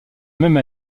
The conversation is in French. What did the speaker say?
même